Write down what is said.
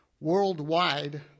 Worldwide